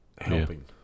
helping